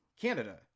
Canada